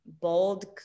bold